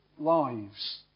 lives